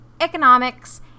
Economics